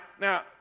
now